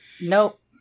Nope